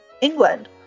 England